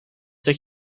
dat